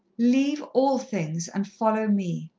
leave all things and follow me!